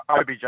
OBJ